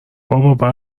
بابا